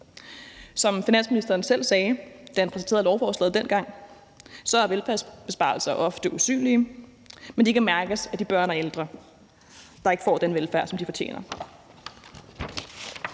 Som finansministeren selv sagde, da han præsenterede lovforslaget dengang, så er velfærdsbesparelser ofte usynlige, men de kan mærkes af de børn og ældre, der ikke får den velfærd, som de fortjener.